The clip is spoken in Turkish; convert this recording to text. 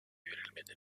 verilmedi